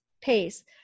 pace